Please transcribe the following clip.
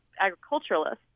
agriculturalists